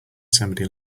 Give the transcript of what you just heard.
somebody